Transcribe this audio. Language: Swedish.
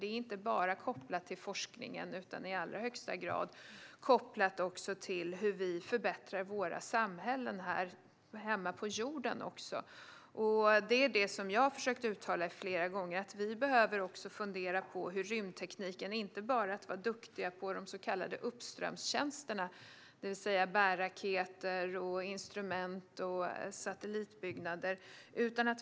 Det är inte bara kopplat till forskningen utan också i allra högsta grad kopplat till hur vi förbättrar våra samhällen här hemma på jorden. Det är det som jag har försökt uttala flera gånger. Vi behöver fundera på rymdtekniken och inte bara på att vara duktiga på de så kallade uppströmstjänsterna, det vill säga bärraketer, instrument och satellitbyggnader.